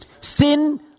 Sin